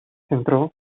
centró